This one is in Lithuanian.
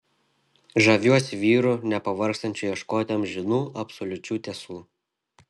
žaviuosi vyru nepavargstančiu ieškoti amžinų absoliučių tiesų